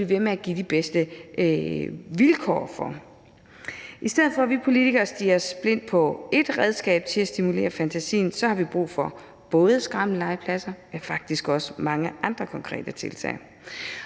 ved med at give de bedste vilkår for. I stedet for at vi politikere stirrer os blinde på et enkelt redskab til at stimulere fantasien, så har vi brug for både skrammellegepladser, men faktisk også mange andre konkrete tiltag.